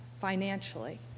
financially